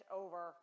over